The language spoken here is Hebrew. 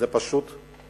זו פשוט בושה.